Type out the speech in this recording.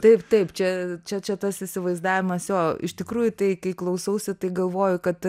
taip taip čia čia čia tas įsivaizdavimas jo iš tikrųjų tai kai klausausi tai galvoju kad